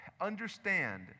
Understand